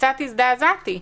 וקצת הזדעזעתי.